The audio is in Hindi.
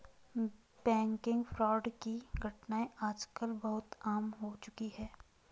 बैंकिग फ्रॉड की घटनाएं आज कल बहुत आम हो चुकी है